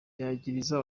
yagiriza